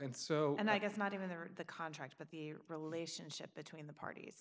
and so and i guess not even there in the contract but the relationship between the parties